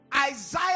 Isaiah